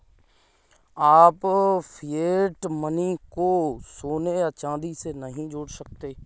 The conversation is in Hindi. आप फिएट मनी को सोने या चांदी से नहीं जोड़ सकते